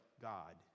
God